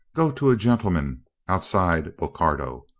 go to a gentleman outside bocardo.